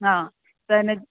हा त हिन